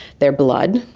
their blood.